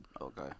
okay